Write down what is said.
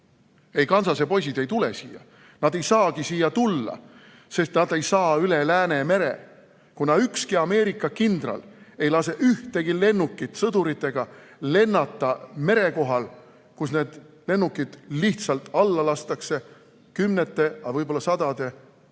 Ei, Kansase poisid ei tule siia, nad ei saagi siia tulla, sest nad ei saa üle Läänemere, kuna ükski Ameerika kindral ei lase ühtegi lennukit sõduritega lennata mere kohal, kus need lennukid kümnete, aga võib-olla sadade noorte